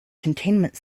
containment